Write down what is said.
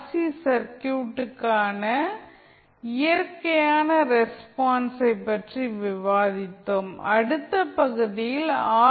C சர்க்யூட்டுக்கான இயற்கையான ரெஸ்பான்ஸை பற்றி விவாதித்தோம் அடுத்த பகுதியில் ஆர்